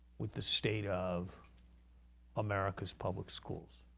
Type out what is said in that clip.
with the state of america's public schools.